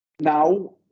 now